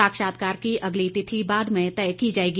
साक्षात्कार की अगली तिथि बाद में तय की जाएगी